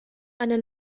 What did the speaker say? eine